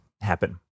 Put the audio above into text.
happen